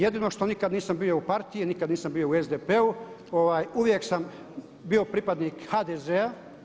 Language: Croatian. Jedino što nikad nisam bio u Partiji jer nikad nisam bio u SDP-u, uvijek sam bio pripadnik HDZ-a.